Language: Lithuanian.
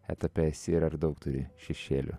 etape esi ir ar daug turi šešėlių